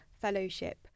fellowship